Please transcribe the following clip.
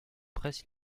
presse